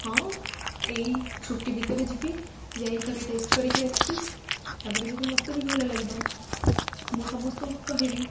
ହଁ ଏଇ ଛୁଟି ଭିତରେ ଯିବି ଯାଇ ଥରେ ଟେଷ୍ଟ କରିକି ଆସିବି ତା'ପରେ ଯଦି ମୋତେ ବି ଭଲ ଲାଗିବ ମୁଁ ସମସ୍ତଙ୍କୁ କହିବି